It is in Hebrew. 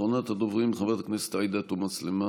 אחרונת הדוברים, חברת הכנסת עאידה תומא סלימאן,